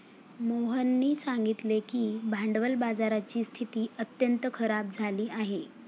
मोहननी सांगितले की भांडवल बाजाराची स्थिती अत्यंत खराब झाली आहे